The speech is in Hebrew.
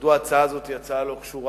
מדוע ההצעה הזאת היא הצעה לא קשורה